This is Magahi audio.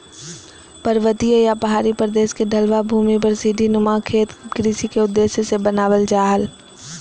पर्वतीय या पहाड़ी प्रदेश के ढलवां भूमि पर सीढ़ी नुमा खेत कृषि के उद्देश्य से बनावल जा हल